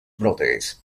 brotes